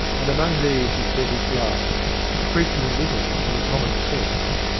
and among these he spent his life preaching little, in the common sense,